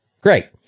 Great